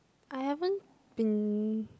I haven't been